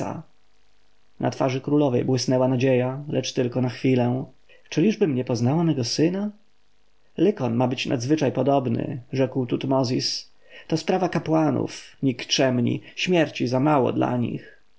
na twarzy królowej błysnęła nadzieja lecz tylko na chwilę czyliżbym nie poznała mego syna lykon ma być nadzwyczajnie podobny rzekł tutmozis to sprawa kapłanów nikczemni śmierci za mało dla nich